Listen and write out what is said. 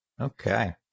Okay